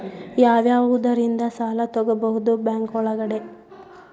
ಯಾವ್ಯಾವುದರಿಂದ ಸಾಲ ತಗೋಬಹುದು ಬ್ಯಾಂಕ್ ಒಳಗಡೆ?